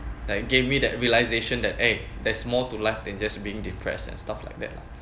like gave me that realization that eh there's more to life than just being depressed and stuff like that lah